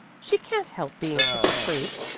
she can't help being such a freak.